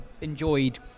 enjoyed